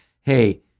Hey